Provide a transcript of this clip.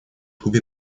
кубе